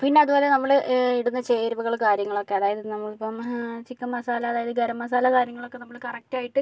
പിന്നെ അതുപോലെ നമ്മള് ഇടുന്ന ചേരുവകൾ കാര്യങ്ങളൊക്കെ അതായത് നമ്മൾ ഇപ്പോ ചിക്കൻ മസാല അതായത് ഗരം മസാല കാര്യങ്ങളൊക്കെ നമ്മൾ കറക്റ്റായിട്ട്